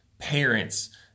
parents